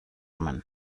man